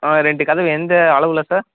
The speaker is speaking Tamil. ஆ ரெண்டு கதவு எந்த அளவில் சார்